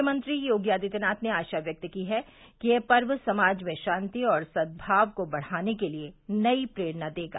मुख्यमंत्री योगी आदित्यनाथ ने आशा व्यक्त की है कि यह पर्व समाज में शांति और सद्भाव को बढ़ाने के लिए नयी प्रेरणा देगा